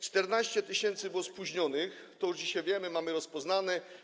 14 tys. osób było spóźnionych, to już dzisiaj wiemy, mamy to rozpoznane.